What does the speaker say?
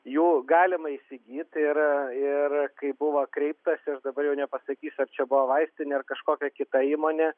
jų galima įsigyt ir ir kaip buvo kreiptąsi aš dabar jau nepasakysiu ar čia buvo vaistinė ar kažkokia kita įmonė